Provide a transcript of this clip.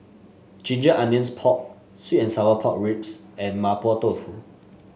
Ginger Onions Pork sweet and Sour Pork Ribs and Mapo Tofu